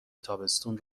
تابستون